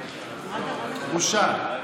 בושה.